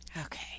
okay